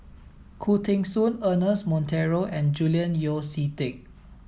Khoo Teng Soon Ernest Monteiro and Julian Yeo See Teck